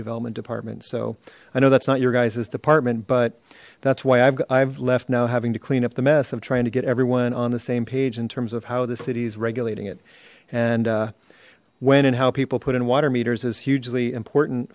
development department so i know that's not your guys's department but that's why i've left now having to clean up the mess of trying to get everyone on the same page in terms of how the city is regulating it and when and how people put in water meters is hugely important